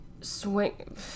Swing